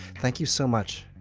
thank you so much,